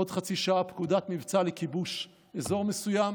בעוד חצי שעה פקודת מבצע לכיבוש אזור מסוים.